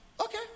okay